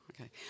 okay